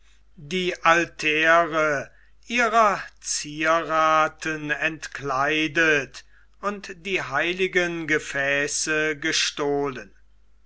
die altäre ihrer zierrathen entkleidet und die heiligen gefäße gestohlen